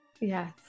Yes